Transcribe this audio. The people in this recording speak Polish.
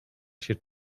się